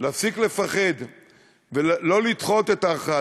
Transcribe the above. להפסיק לפחד ולא לדחות את ההכרעה,